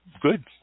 good